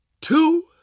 two